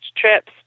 trips